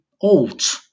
alt